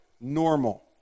normal